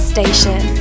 Station